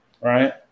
Right